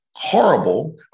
horrible